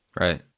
Right